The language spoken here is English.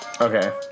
Okay